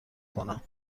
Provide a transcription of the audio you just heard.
کنم